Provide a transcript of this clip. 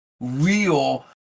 real